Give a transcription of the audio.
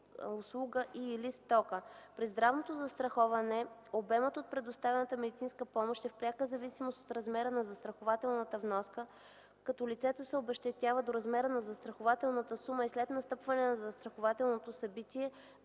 При здравното застраховане обемът от предоставяната медицинска помощ е в пряка зависимост от размера на застрахователната вноска, като лицето се обезщетява до размера на застрахователната сума и след настъпване на застрахователното събитие,